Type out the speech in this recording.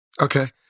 Okay